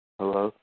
Hello